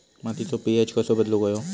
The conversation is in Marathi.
मातीचो पी.एच कसो बदलुक होयो?